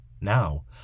Now